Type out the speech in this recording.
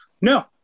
No